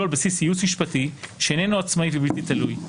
על בסיס ייעוץ משפטי שאיננו עצמאי ובלתי תלוי,